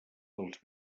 dels